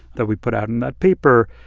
that we put out in that paper,